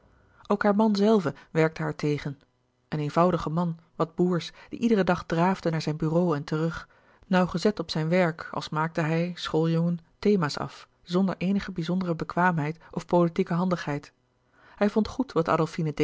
ook haar man zelve werkte haar tegen een eenvoudige man wat boersch die iederen dag draafde naar zijn bureau en terug nauwgezet op zijn werk als maakte hij schooljongen thema's af zonder eenige bizondere bekwaamheid of politieke handigheid hij vond goed wat